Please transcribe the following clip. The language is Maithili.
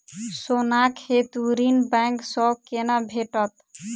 सोनाक हेतु ऋण बैंक सँ केना भेटत?